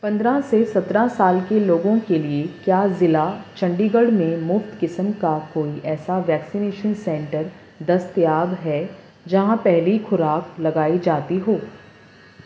پندرہ سے سترہ سال کے لوگوں کے لیے کیا ضلع چندی گڑھ میں مفت قسم کا کوئی ایسا ویکسینیشن سنٹر دستیاب ہے جہاں پہلی خوراک لگائی جاتی ہو